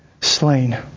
slain